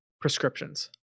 prescriptions